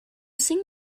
sing